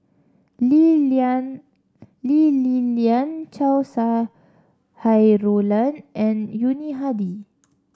Lee Lian Lee Li Lian Chow Sau Hai Roland and Yuni Hadi